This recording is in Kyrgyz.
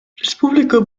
республика